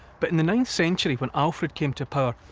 but in the ninth century, when alfred came to power,